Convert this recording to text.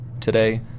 today